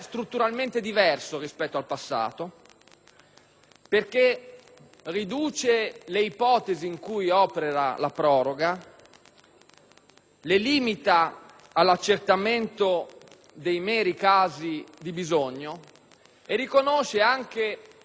perché riduce le ipotesi in cui opera la proroga, le limita all'accertamento dei meri casi di bisogno e riconosce anche il bisogno del locatore, la sua necessità di